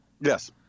Yes